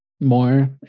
more